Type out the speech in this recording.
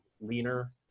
leaner